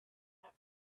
that